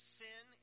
sin